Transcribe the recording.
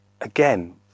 again